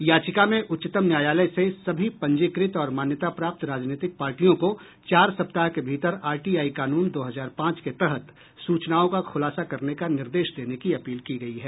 याचिका में उच्चतम न्यायालय से सभी पंजीकृत और मान्यता प्राप्त राजनीतिक पार्टियों को चार सप्ताह के भीतर आरटीआई कानून दो हजार पांच के तहत सूचनाओं का खूलासा करने का निर्देश देने की अपील की गई है